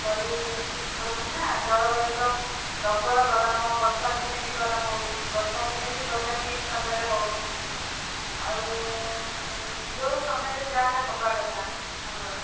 ପରିବେଶ ଠିକ୍ ହଉନି ନା ଜଳବାୟୁ ତ ପ୍ରବଳ ଗରମ ବର୍ଷା ଦିନେ ବି ଗରମ ହେଉଛି ବର୍ଷା ଦିନେ ବି ବର୍ଷା ଠିକ୍ ସମୟରେ ହେଉନି ଆଉ ଯୋଉ ସମୟରେ ଯାହାଟା ହେବା କଥା ଆମର